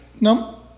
No